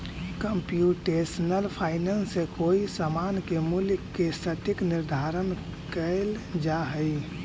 computational finance से कोई समान के मूल्य के सटीक निर्धारण कैल जा हई